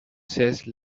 seize